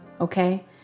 Okay